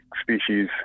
species